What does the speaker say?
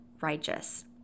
righteous